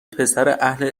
پسراهل